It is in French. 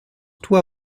toi